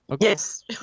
yes